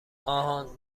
آهان